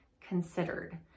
considered